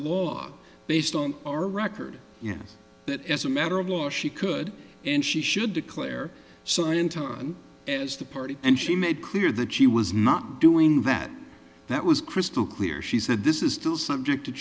law based on our record yes that as a matter of law she could and she should declare someone in time as the party and she made clear that she was not doing that that was crystal clear she said this is still subject